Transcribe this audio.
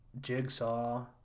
Jigsaw